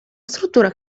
struttura